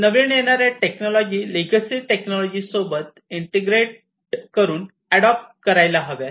नवीन येणाऱ्या technology legacy technology सोबत integrate करूनअडॉप्ट करायला हव्यात